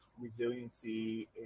resiliency